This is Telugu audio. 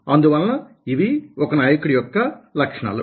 అందువలన ఇవీ ఒక నాయకుడి యొక్క లక్షణాలు